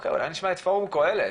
אולי נשמע את אורי מפורום קהלת.